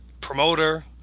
promoter